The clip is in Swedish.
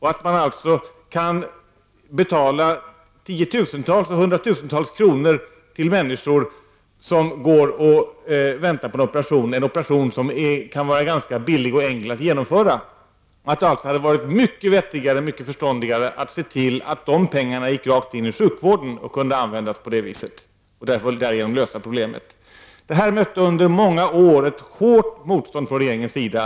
Man kan alltså betala tiotusentals, ja hundratusentals kronor till människor som väntar på en operation som kan vara ganska billig och enkel att genomföra. Det hade varit mycket vettigare och förståndigare att dessa pengar gick rakt in i sjukvården och kunde användas direkt till operationer och härmed lösa dessa problem. Dessa tankegångar mötte under många år hårt motstånd från regeringens sida.